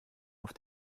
auf